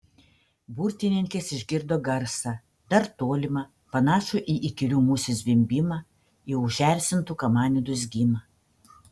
burtininkės išgirdo garsą dar tolimą panašų į įkyrių musių zvimbimą į užerzintų kamanių dūzgimą